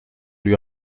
lui